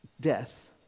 death